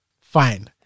fine